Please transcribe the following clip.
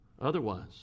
Otherwise